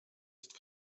ist